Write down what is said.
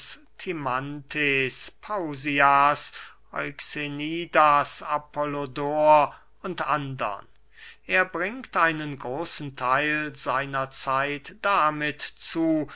pausias euxenidas apollodor und andern er bringt einen großen theil seiner zeit damit zu